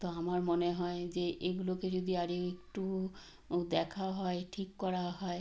তো আমার মনে হয় যে এগুলোকে যদি আর একটু দেখা হয় ঠিক করা হয়